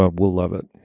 ah will love it.